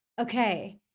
Okay